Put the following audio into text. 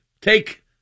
take